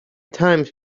times